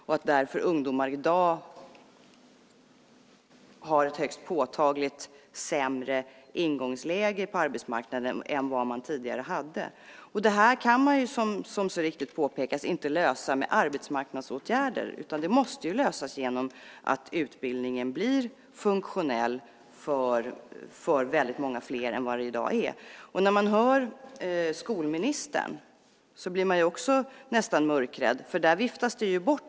Därför har ungdomar i dag ett högst påtagligt sämre ingångsläge på arbetsmarknaden än tidigare. Dessa problem kan inte, som så riktigt påpekas, lösas med hjälp av arbetsmarknadsåtgärder. De måste lösas genom att utbildningen blir funktionell för många fler än vad den är i dag. När jag hör på skolministern blir jag nästan mörkrädd.